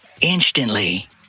instantly